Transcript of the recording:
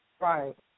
Right